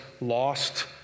lost